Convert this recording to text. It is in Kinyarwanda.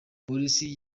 polisi